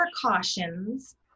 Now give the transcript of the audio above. precautions